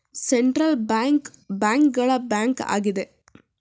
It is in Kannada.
ಸೆಂಟ್ರಲ್ ಬ್ಯಾಂಕ್ ಬ್ಯಾಂಕ್ ಗಳ ಬ್ಯಾಂಕ್ ಆಗಿದೆ